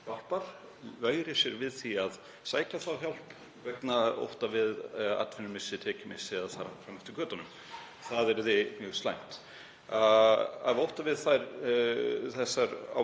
veigri sér við því að sækja þá hjálp vegna ótta við atvinnumissi, tekjumissi eða þar fram eftir götunum. Það yrði mjög slæmt. Af ótta við þetta og